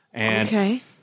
Okay